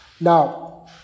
Now